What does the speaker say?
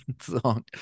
song